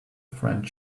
friend